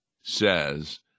says